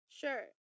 sure